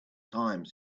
time